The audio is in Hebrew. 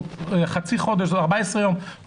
עוד חצי חודש 14 יום,